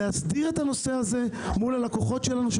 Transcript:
להסדיר את הנושא הזה מול הלקוחות שלנו,